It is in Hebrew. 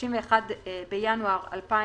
(31 בינואר 2021)